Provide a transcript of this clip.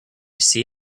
see